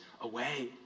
away